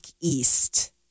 east